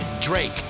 Drake